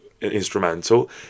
instrumental